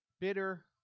bitter